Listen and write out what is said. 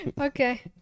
Okay